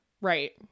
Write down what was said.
Right